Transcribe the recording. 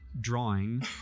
drawing